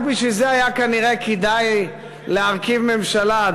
ורק בשביל זה היה כנראה כדאי להרכיב ממשלה,